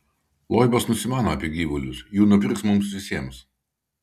loibas nusimano apie gyvulius jų nupirks mums visiems